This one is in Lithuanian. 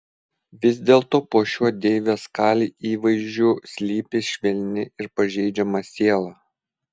vis dėlto po šiuo deivės kali įvaizdžiu slypi švelni ir pažeidžiama siela